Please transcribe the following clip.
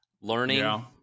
learning